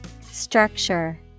Structure